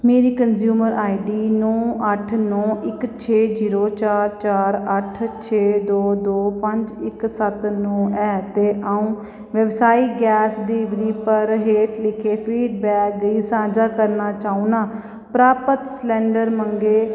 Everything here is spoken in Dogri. मेरी कंज्यूमर आईडी नौ अट्ठ नौ इक छे जीरो चार चार अट्ठ छे दो दो पंज इक सत्त नौ ऐ ते अ'ऊं व्यवसायक गैस डलीवरी पर हेठ लिखे फीडबैक गी सांझा करना चाह्न्नां प्राप्त सिलैंडर मंगे